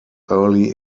early